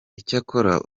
icyakora